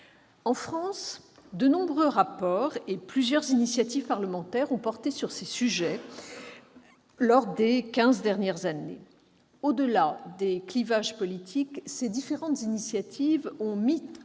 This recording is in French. ensuite, de nombreux rapports et plusieurs initiatives parlementaires ont porté sur ce sujet au cours des quinze dernières années. Au-delà des clivages politiques, ces différentes initiatives ont mis en